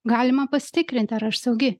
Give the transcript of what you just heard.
galima pasitikrinti ar aš saugi